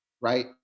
right